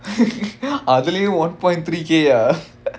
அதுலயே:athulayae one point three K ah